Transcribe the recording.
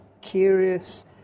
curious